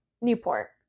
newport